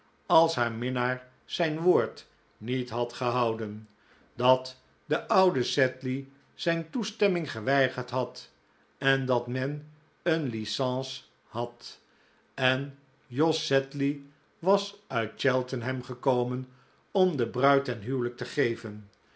als haar minnaar zijn woord niet had gehouden dat de oude sedley zijn toestemming geweigerd had en dat men een license had en jos sedley was uit cheltenham gekomen om de bruid ten huwelijk te geven